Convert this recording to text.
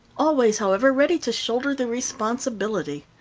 always however ready to shoulder the responsibility.